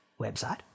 Website